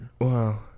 Wow